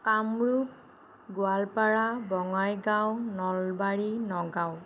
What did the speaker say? Kamrup Goalpara Bongaigaon Nalbari Nagaon